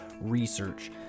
research